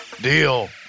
deal